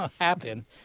happen